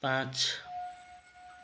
पाँच